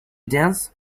dance